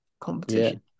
competition